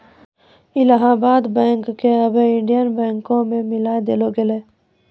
Allahabad bank क आबै Indian बैंको मे मिलाय देलो गेलै